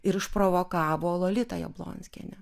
ir išprovokavo lolita jablonskienė